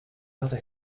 other